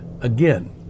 Again